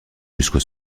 jusqu’au